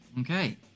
Okay